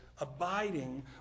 abiding